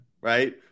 right